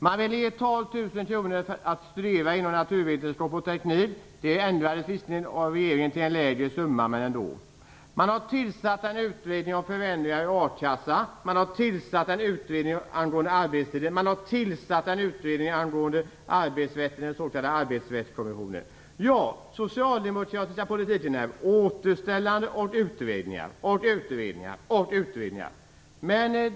Man ville ge 12 000 för studier inom naturvetenskap och teknik. Det ändrades visserligen av regeringen till en lägre summa. Man har tillsatt en utredning om förändringar av akassan. Man har tillsatt en utredning angående arbetstiden. Man har tillsatt en utredning angående arbetsrätten, den s.k. arbetsrättskommissionen. Den socialdemokratiska politiken är återställande och utredningar.